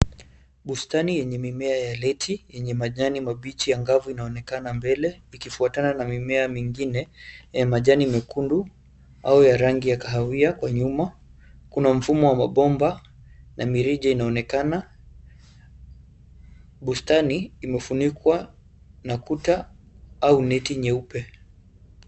Bustani ya mimea ya leti, yenye majani mabichi angavu inaonekana mbele ikifuatana na mimea mingine ya majani mekundu au ya rangi ya kahawia kwa nyuma. Kuna mfumo wa mabomba na mirija inaonekana. Bustani imefunikwa na kuta au neti nyeupe.